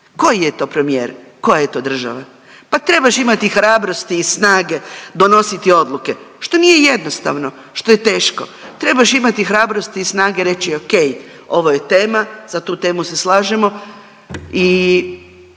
Koji je to premijer, koja je to država? Pa trebaš imati hrabrosti i snage donositi odluke što nije jednostavno, što je teško. Trebaš imati hrabrosti i snage reći o.k. ovo je tema, za tu temu se slažemo i